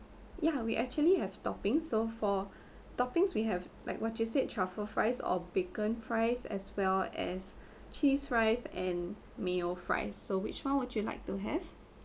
ya we actually have topping so for toppings we have like what you said truffle fries or bacon fries as well as cheese fries and mayo fries so which [one] would you like to have